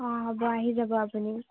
অ হ'ব আহি যাব আপুনি